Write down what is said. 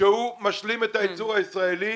-- שהוא משלים את הייצור הישראלי,